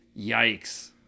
yikes